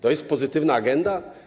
To jest pozytywna agenda?